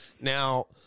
Now